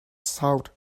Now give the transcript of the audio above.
sought